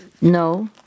No